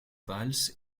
vals